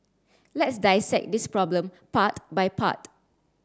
let's dissect this problem part by part